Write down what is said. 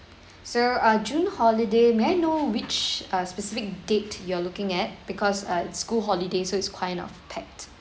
so uh june holiday may I know which uh specific date you are looking at because uh it's school holiday so it's kind of pack